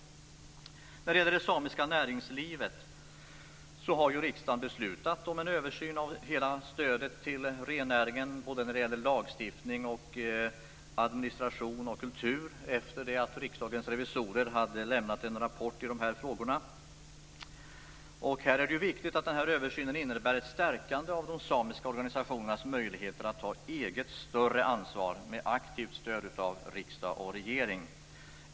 När det gäller det samiska näringslivet har riksdagen beslutat om en översyn av stödet till rennäringen, vad gäller administration, lagstiftning och samisk kultur efter det att Riksdagens revisorer lämnat en rapport i dessa frågor. Det är viktigt att denna översyn innebär ett stärkande av de samiska organisationernas möjligheter att ta större eget ansvar med aktivt stöd av riksdag och regering.